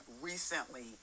recently